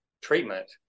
treatment